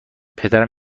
پدرم